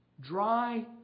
Dry